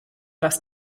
lass